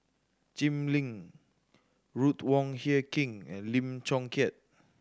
Jim Lim Ruth Wong Hie King and Lim Chong Keat